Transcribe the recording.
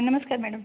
नमस्कार मॅडम